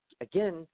again